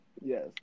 Yes